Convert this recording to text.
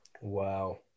Wow